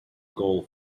goal